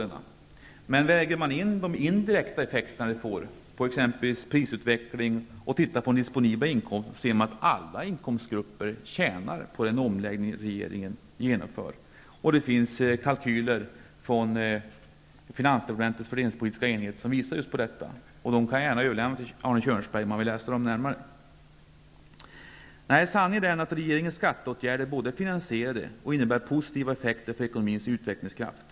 Men om man väger in de indirekta effekterna på exempelvis prisutvecklingen och om man tittar på den disponibla inkomsten, finner man att alla inkomstgrupper tjänar på den omläggning som regeringen genomför. Det finns kalkyler från finansdepartementets fördelningspolitiska enhet som visar just på detta. Jag överlämnar gärna ett exemplar till Arne Kjörnsberg om han närmare vill studera dessa kalkyler. Nej, sanningen är den att regeringens skatteåtgärder både är finansierade och innebär positiva effekter för ekonomins utvecklingskraft.